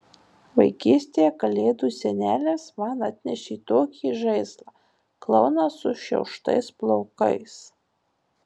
vaikystėje kalėdų senelis man atnešė tokį žaislą klouną sušiauštais plaukais